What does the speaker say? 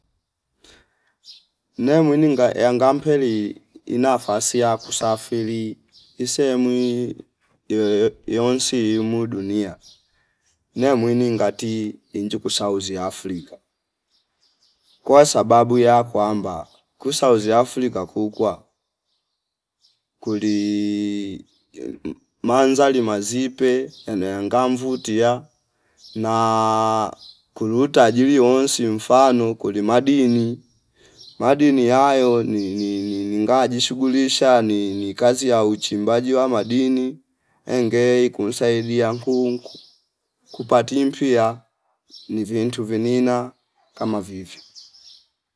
Nea mwini nga yanga mpeli inafasi ya kusafili isehemu ii iyoyo yonsi imu dunia nia mwini ngati injuku Sauzi Africa kwasababu ya kwamba ku Sauzi Africa kukwaa kulii manzali mazipe yaniia ngamvutia na kulu tajiri woonsi mfano kuli madini madini nii- nii- niinga jishughulisha ni- nikazi ya uchimbaji wa madini engei kumsaidia nkuunku kupati mpia ni vintu vinina kama vivyo